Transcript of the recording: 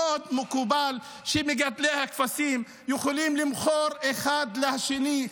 מאוד מקובל שמגדלי הכבשים יכולים למכור אחד לשני,